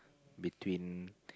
between